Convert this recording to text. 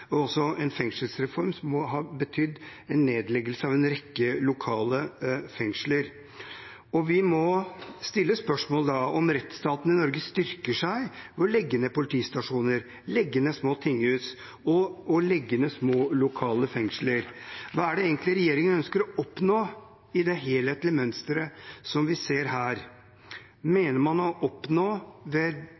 og en fengselsreform som har betydd nedleggelse av en rekke lokale fengsler. Vi må da stille spørsmål om rettsstaten i Norge styrker seg ved å legge ned politistasjoner, små tinghus og små, lokale fengsler. Hva er det egentlig regjeringen ønsker å oppnå i det helhetlige mønsteret vi ser her? Mener man med alle disse endringene å oppnå at rettssikkerheten i Norge styrkes, at vi får bedre menneskerettigheter? Forebygger vi kriminalitet ved